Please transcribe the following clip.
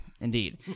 indeed